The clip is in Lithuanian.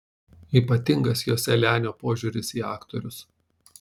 ypatingas joselianio požiūris į aktorius